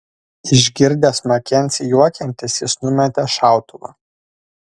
išgirdęs makenzį juokiantis jis numetė šautuvą